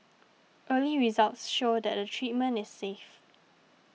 early results show that the treatment is safe